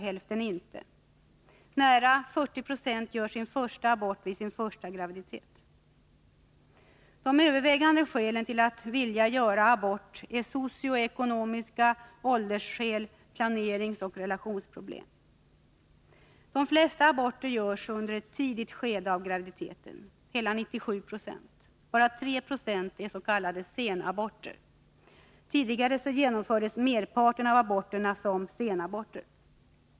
Nära 40 90 gör sin första abort vid sin första graviditet. De övervägande anledningarna till att vilja göra abort är socio-ekonomiska förhållanden, åldersskäl och planeringsoch relationsproblem. De flesta aborter — hela 97 96 — sker under ett tidigt skede av graviditeten. Bara 3 2 är ss.k. senaborter. Tidigare genomfördes merparten av aborterna som senaborter.